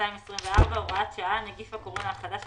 224 הוראת שעה נגיף הקורונה החדש),